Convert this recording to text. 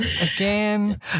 Again